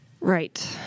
Right